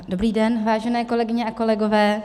Dobrý den, vážené kolegyně a kolegové.